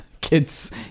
kids